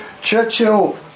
Churchill